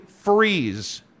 freeze